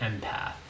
empath